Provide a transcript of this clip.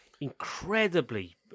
incredibly